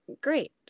great